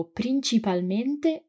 principalmente